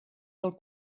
del